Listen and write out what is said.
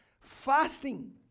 Fasting